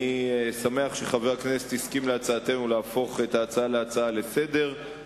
אני שמח שחבר הכנסת הסכים להצעתנו להפוך את ההצעה להצעה לסדר-היום,